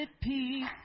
peace